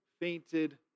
fainted